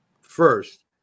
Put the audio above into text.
First